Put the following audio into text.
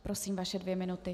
Prosím, vaše dvě minuty.